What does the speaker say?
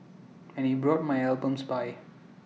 and he brought my albums by